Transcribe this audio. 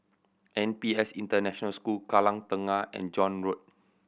N P S International School Kallang Tengah and John Road